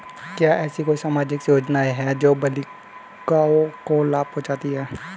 क्या ऐसी कोई सामाजिक योजनाएँ हैं जो बालिकाओं को लाभ पहुँचाती हैं?